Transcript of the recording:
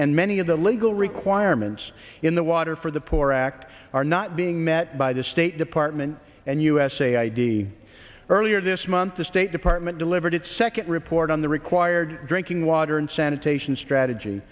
and many of the legal requirements in the water for the poor act are not being met by the state department and usa id earlier this month the state department delivered its second report on the required drinking water and sanitation strategy